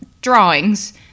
drawings